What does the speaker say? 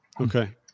Okay